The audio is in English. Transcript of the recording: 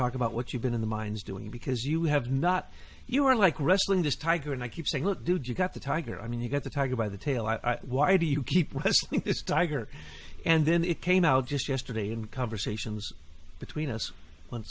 talk about what you've been in the mines doing because you have not you are like wrestling this tiger and i keep saying look dude you've got the tiger i mean you've got the tiger by the tail i why do you keep this dire and then it came out just yesterday in conversations between us